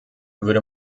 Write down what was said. würde